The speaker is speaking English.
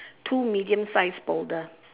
two medium sized boulder